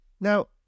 Now